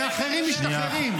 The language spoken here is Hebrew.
ואחרים משתחררים.